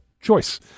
choice